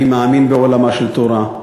אני מאמין בעולמה של תורה,